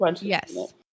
Yes